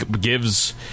gives